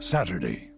Saturday